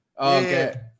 Okay